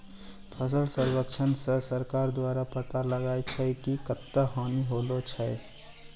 फसल सर्वेक्षण से सरकार द्वारा पाता लगाय छै कि कत्ता हानि होलो छै